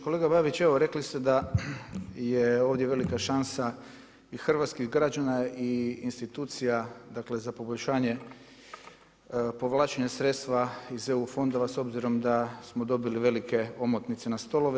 Kolega Babić, evo rekli ste da je ovdje velika šansa i hrvatskih građana i institucija, dakle, za poboljšanje, povlačenja sredstva iz EU fondova s obzirom da smo dobili velike omotnice na stolove.